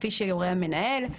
כפי שיורה המנהל.